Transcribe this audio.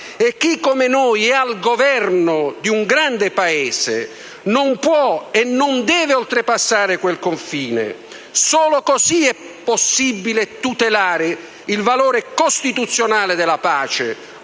Chi come noi è al Governo di un grande Paese non può e non deve oltrepassare quel confine: solo così è possibile tutelare il valore costituzionale della pace,